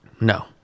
no